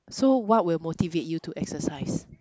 so what will motivate you to exercise